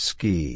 Ski